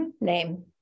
name